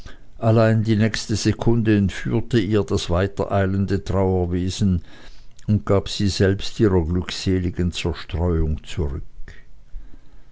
allein die nächste sekunde entführte ihr das weitereilende trauerwesen und gab sie selbst ihrer glückseligen zerstreuung zurück